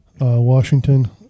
Washington